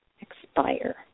expire